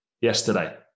Yesterday